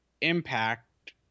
impact